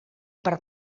per